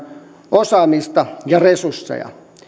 osaamista ja resursseja